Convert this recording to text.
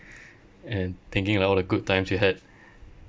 and thinking like all the good times you had